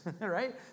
right